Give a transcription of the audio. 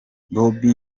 bombi